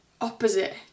opposite